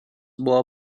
buvo